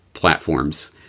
platforms